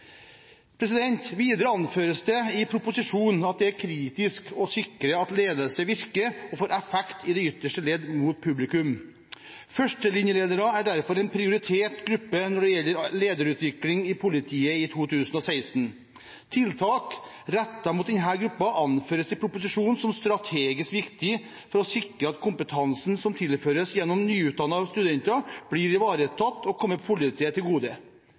Videre anføres det i proposisjonen at det er kritisk å sikre at ledelse virker og får effekt ut i det ytterste leddet mot publikum. Førstelinjeledere er derfor en prioritert gruppe når det gjelder lederutvikling i politiet i 2016. Tiltak rettet mot denne gruppen anføres i proposisjonen som strategisk viktig for å sikre at kompetansen som tilføres gjennom nyutdannede studenter, blir ivaretatt og kommer politiet til gode.